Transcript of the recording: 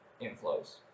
inflows